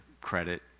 credit